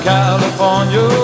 California